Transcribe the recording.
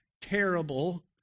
terrible